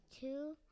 two